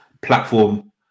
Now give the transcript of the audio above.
platform